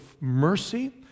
mercy